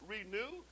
Renew